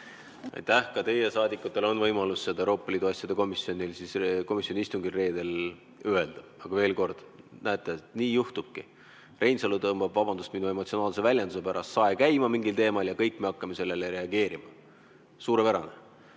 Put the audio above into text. Ka teie saadikutel on võimalus seda Euroopa Liidu asjade komisjoni istungil reedel öelda. Veel kord: näete, et nii juhtubki, Reinsalu tõmbab – vabandust minu emotsionaalse väljenduse pärast! – sae käima mingil teemal ja kõik me hakkame sellele reageerima. Suurepärane!